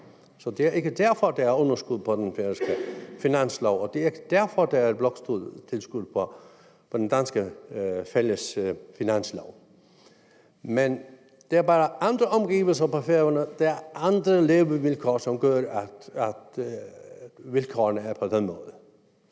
Så det er ikke derfor, at der er underskud på den færøske finanslov. Det er derfor, at der er bloktilskud på den danske fælles finanslov. Men der er bare andre omgivelser på Færøerne, der er andre levevilkår, som gør, at vilkårene er til sådan